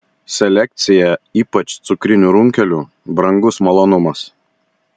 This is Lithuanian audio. selekcija ypač cukrinių runkelių brangus malonumas